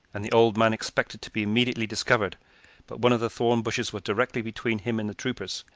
and the old man expected to be immediately discovered but one of the thorn bushes was directly between him and the troopers,